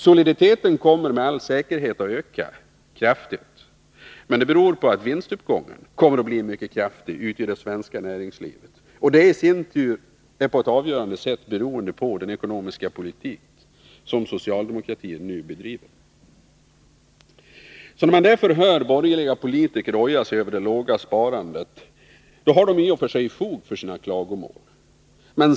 Soliditeten kommer med all säkerhet att öka kraftigt, men det beror på att vinstuppgången i det svenska näringslivet kommer att bli mycket kraftig, och det i sin tur beror på ett avgörande sätt på den ekonomiska politik som socialdemokratin bedriver. När man nu hör borgerliga politiker oja sig över det låga sparandet kan man därför säga att de i och för sig har fog för sina klagomål.